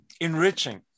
enriching